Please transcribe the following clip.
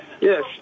yes